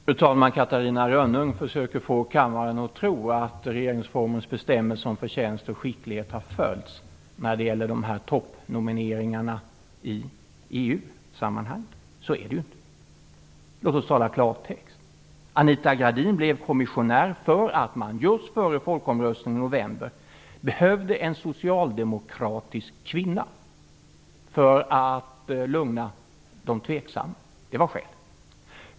Fru talman! Catarina Rönnung försöker få kammaren att tro att regeringsformens bestämmelser om förtjänst och skicklighet har följts när det gäller toppnomineringarna i EU-sammanhang. Så är det inte. Låt oss tala klartext! Anita Gradin blev kommissionär därför att man just före folkomröstningen i november behövde en socialdemokratisk kvinna för att lugna de tveksamma. Det var skälet.